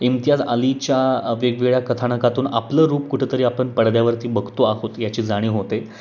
इम्तियाज अलीच्या वेगवेगळ्या कथानकातून आपलं रूप कुठंतरी आपण पडद्यावरती बघतो आहोत याची जाणीव होते